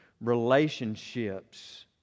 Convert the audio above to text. relationships